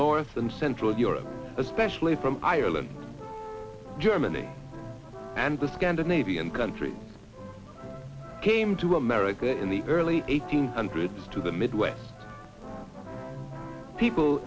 and central europe especially from ireland germany and the scandinavian countries came to america in the early eighteen hundreds to the midwest people